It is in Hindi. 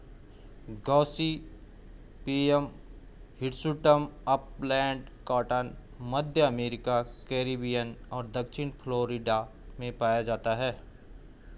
गॉसिपियम हिर्सुटम अपलैंड कॉटन, मध्य अमेरिका, कैरिबियन और दक्षिणी फ्लोरिडा में पाया जाता है